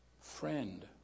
friend